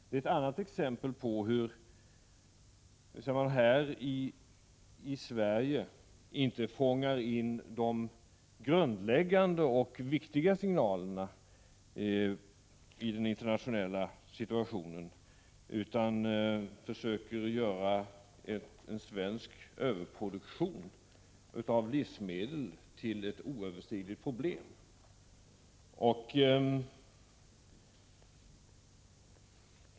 Det är ett annat exempel på hur man här i Sverige inte fångar in de grundläggande och viktiga signalerna i den internationella situationen utan försöker göra en svensk överproduktion av livsmedel till ett ”oöverstigligt” problem.